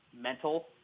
mental